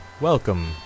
Welcome